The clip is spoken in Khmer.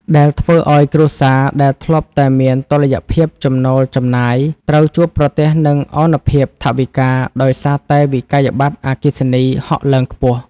ដែលធ្វើឱ្យគ្រួសារដែលធ្លាប់តែមានតុល្យភាពចំណូលចំណាយ ត្រូវជួបប្រទះនឹងឱនភាពថវិកាដោយសារតែវិក្កយបត្រអគ្គិសនីហក់ឡើងខ្ពស់។